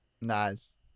Nice